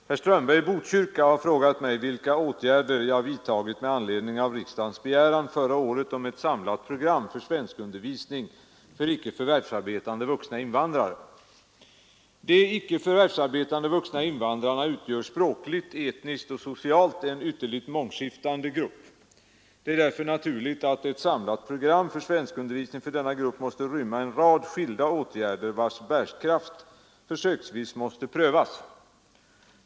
Herr talman! Herr Strömberg i Botkyrka har frågat mig vilka åtgärder jag vidtagit med anledning av riksdagens begäran förra året om ett samlat program för svenskundervisning för icke förvärvsarbetande vuxna invandrare. De icke förvärvsarbetande vuxna invandrarna utgör språkligt, etniskt och socialt en ytterligt mångskiftande grupp. Det är därför naturligt att ett samlat program för svenskundervisning för denna grupp måste rymma en rad skilda åtgärder vars bärkraft försöksvis måste prövas.